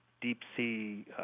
deep-sea